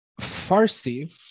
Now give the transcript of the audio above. Farsi